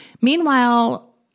Meanwhile